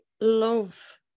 love